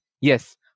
Yes